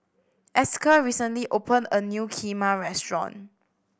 Esker recently opened a new Kheema restaurant